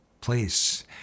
place